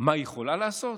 מה היא יכולה לעשות?